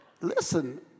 listen